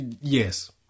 Yes